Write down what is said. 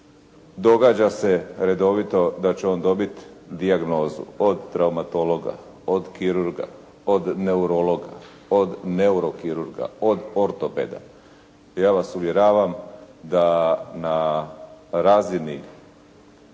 Događa se redovito da će on dobiti dijagnozu od traumatologa, od kirurga, od neurologa, od neurokirurga, od ortopeda. Ja vas uvjeravam da na razini